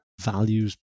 values